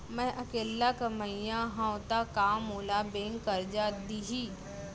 मैं अकेल्ला कमईया हव त का मोल बैंक करजा दिही?